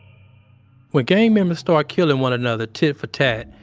when gang members start killing one another tit for tat,